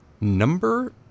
number